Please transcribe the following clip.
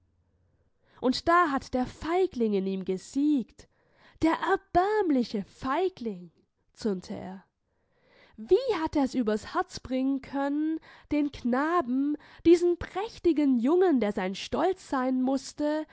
und da hat der feigling in ihm gesiegt der erbärmliche feigling zürnte er wie hat er's über das herz bringen können den knaben diesen prächtigen jungen der sein stolz sein mußte